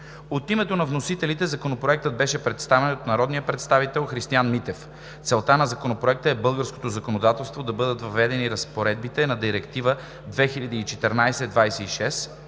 От името на вносителите Законопроектът беше представен от народния представител Христиан Митев. Целта на Законопроекта е в българското законодателство да бъдат въведени разпоредбите на Директива 2014/26/ЕС